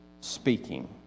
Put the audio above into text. speaking